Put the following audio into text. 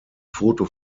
foto